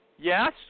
Yes